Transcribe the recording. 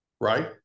right